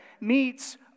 meets